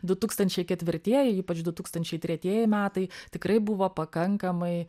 du tūkstančiai ketvirtieji ypač du tūkstančiai tretieji metai tikrai buvo pakankamai